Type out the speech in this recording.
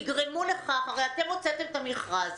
הרי אתם הוצאתם את המכרז,